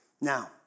Now